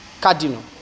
cardinal